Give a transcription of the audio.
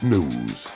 News